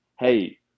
Hey